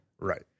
Right